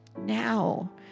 Now